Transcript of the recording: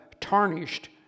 tarnished